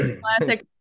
classic